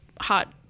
hot